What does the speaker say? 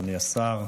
אדוני השר,